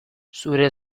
zure